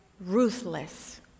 Ruthless